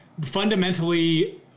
fundamentally